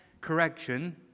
correction